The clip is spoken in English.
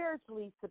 spiritually